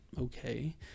okay